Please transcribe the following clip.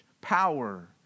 power